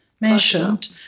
mentioned